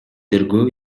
тергөө